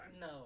No